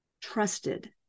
trusted